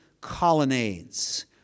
colonnades